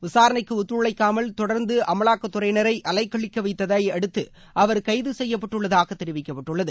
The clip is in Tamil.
விசாரணைக்கு ஒத்துழைக்காமல் தொடர்ந்து அமலாக்கத் துறையினரை அலைகழிக்கவைத்ததை அடுத்து அவர் கைது செய்யப்பட்டுள்ளதாக தெரிவிக்கப்பட்டுள்ளது